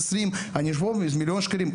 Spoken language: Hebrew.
20 מליוני שקלים.